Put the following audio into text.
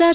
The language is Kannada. ಆರ್